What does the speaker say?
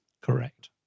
Correct